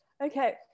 Okay